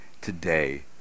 today